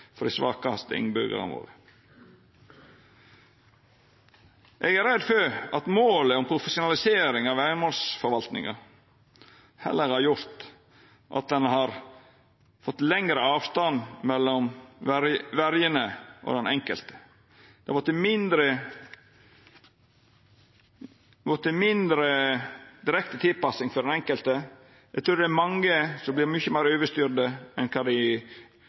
for dei svakaste innbyggjarane våre. Eg er redd for at målet om profesjonalisering av verjemålsforvaltninga heller har gjort at ein har fått lengre avstand mellom verjene og den enkelte. Det har vorte mindre direkte tilpassing for den enkelte. Eg trur det er mange som vert mykje meir overstyrt enn kva dei